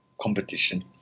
competition